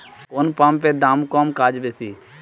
কোন পাম্পের দাম কম কাজ বেশি?